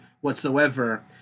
whatsoever